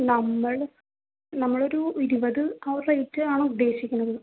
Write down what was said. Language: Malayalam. നമ്മൾ നമ്മളൊരു ഇരുപത് ആ ഒരു റേറ്റാണ് ഉദ്ദേശിക്കണത്